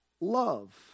love